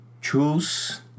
choose